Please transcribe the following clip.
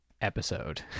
episode